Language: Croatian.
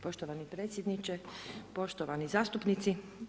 Poštovani predsjedniče, poštovani zastupnici.